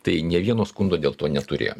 tai nė vieno skundo dėl to neturėjom